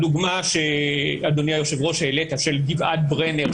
הדוגמה שהעלה אדוני היושב-ראש של גבעת ברנר,